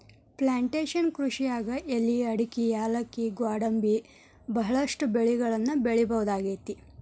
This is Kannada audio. ಪ್ಲಾಂಟೇಷನ್ ಕೃಷಿಯಾಗ್ ಎಲಿ ಅಡಕಿ ಯಾಲಕ್ಕಿ ಗ್ವಾಡಂಬಿ ಬಹಳಷ್ಟು ಬೆಳಿಗಳನ್ನ ಬೆಳಿಬಹುದಾಗೇತಿ